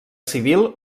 civil